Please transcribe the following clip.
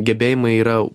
gebėjimai yra